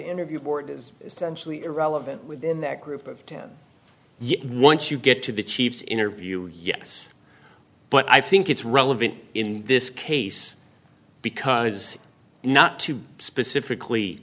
interview board is essentially irrelevant within that group of ten yet once you get to the chief's interview yes but i think it's relevant in this case because not too specifically